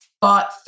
bought